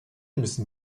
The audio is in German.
müssen